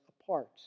apart